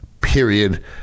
period